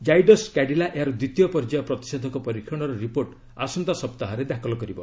ଜାଇଡସ୍ କାଡିଲା ଏହାର ଦ୍ୱିତୀୟ ପର୍ଯ୍ୟାୟ ପ୍ରତିଷେଧକ ପରୀକ୍ଷଣର ରିପୋର୍ଟ ଆସନ୍ତା ସପ୍ତାହରେ ଦାଖଲ କରିବ